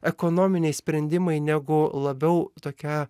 ekonominiai sprendimai negu labiau tokia